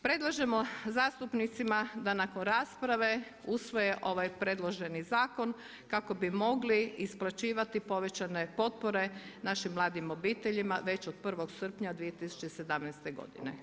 Predlažemo zastupnicima da nakon rasprave usvoje ovaj predloženi zakon kako bi mogli isplaćivati povećane potpore našim mladim obiteljima već od 1. srpnja 2017. godine.